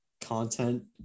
content